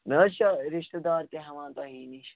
مےٚ حظ چھِ رِشتہٕ دار تہِ ہٮ۪وان تۄہی نِش